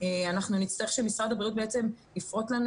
אנחנו נצטרך שמשרד הבריאות בעצם יפרוט לנו